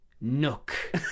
nook